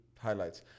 highlights